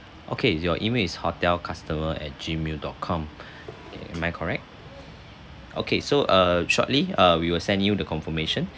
okay your email is hotel customer at Gmail dot com am I correct okay so uh shortly uh we will send you the confirmation